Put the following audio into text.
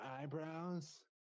eyebrows